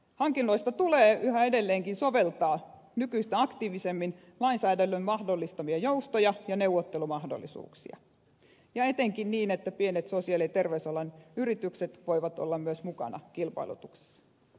hankinnoissa tulee yhä edelleenkin soveltaa nykyistä aktiivisemmin lainsäädännön mahdollistamia joustoja ja neuvottelumahdollisuuksia ja etenkin niin että pienet sosiaali ja terveysalan yritykset voivat olla myös mukana kilpailutuksessa